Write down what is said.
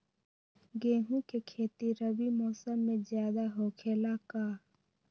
गेंहू के खेती रबी मौसम में ज्यादा होखेला का?